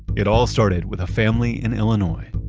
it all started with a family in illinois